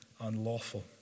unlawful